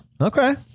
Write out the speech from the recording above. Okay